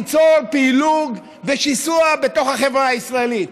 ליצור פילוג ושיסוע בתוך החברה הישראלית.